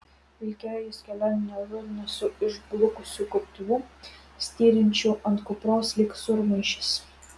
vilkėjo jis kelionine rudine su išblukusiu gobtuvu styrinčiu ant kupros lyg sūrmaišis